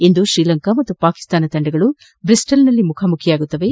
ಇಂದು ಶ್ರೀಲಂಕಾ ಮತ್ತು ಪಾಕಿಸ್ತಾನ ತಂಡಗಳು ಬ್ರಿಸ್ಟೆಲ್ನಲ್ಲಿ ಮುಖಾಮುಖಿಯಾಗಲಿವೆ